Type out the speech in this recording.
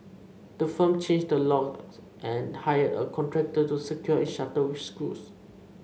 the firm changed the lock and hired a contractor to secure its shutter with screws